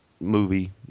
movie